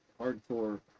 hardcore